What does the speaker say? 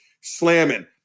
slamming